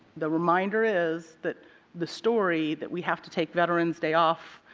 the reminder is that the story that we have to take veteran's day off,